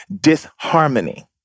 disharmony